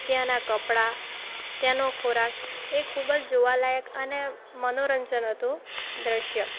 ત્યાંનાં કપડાં ત્યાંનો ખોરાક એ ખૂબ જ જોવાલાયક અને મનોરંજન હતું દૃશ્ય